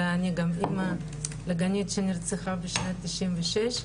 אלא גם אימא לגנית שנרצחה בשנת 1996,